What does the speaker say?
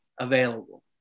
available